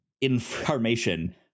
information